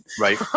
right